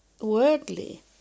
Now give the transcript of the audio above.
Worldly